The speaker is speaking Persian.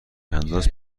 انداز